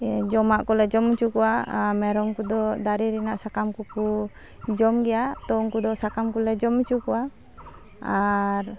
ᱡᱚᱢᱟᱜ ᱠᱚᱞᱮ ᱡᱚᱢ ᱦᱚᱪᱚ ᱠᱚᱣᱟ ᱟᱨ ᱢᱮᱨᱚᱢ ᱠᱚᱫᱚ ᱫᱟᱨᱮ ᱨᱮᱱᱟᱜ ᱥᱟᱠᱟᱢ ᱠᱚᱠᱚ ᱡᱚᱢᱜᱮᱭᱟ ᱛᱳ ᱩᱱᱠᱩᱫᱚ ᱥᱟᱠᱟᱢᱠᱚᱞᱮ ᱡᱚᱱᱚᱪᱚ ᱠᱚᱣᱟ ᱟᱨ